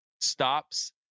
stops